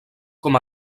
com